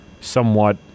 somewhat